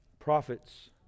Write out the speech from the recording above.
Prophets